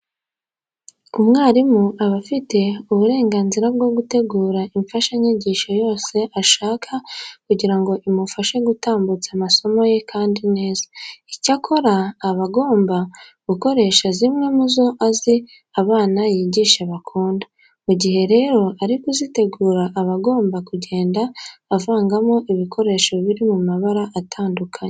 Umwarimu aba afite uburenganzira bwo gutegura imfashanyigisho yose ashaka kugira ngo imufashe gutambutsa amasomo ye kandi neza. Icyakora aba agomba gukoresha zimwe mu zo azi abana yigisha bakunda. Mu gihe rero ari kuzitegura aba agomba kugenda avangamo ibikoresho biri mu mabara atandukanye.